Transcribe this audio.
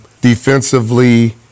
defensively